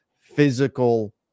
physical